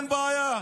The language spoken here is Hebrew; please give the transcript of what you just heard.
אין בעיה,